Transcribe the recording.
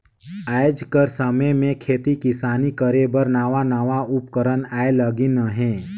आएज कर समे में खेती किसानी करे बर नावा नावा उपकरन आए लगिन अहें